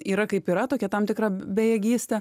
yra kaip yra tokia tam tikra bejėgystė